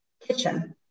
kitchen